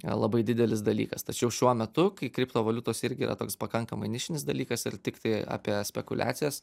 labai didelis dalykas tačiau šiuo metu kai kriptovaliutos irgi yra toks pakankamai nišinis dalykas ir tiktai apie spekuliacijas